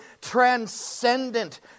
transcendent